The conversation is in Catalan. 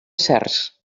cercs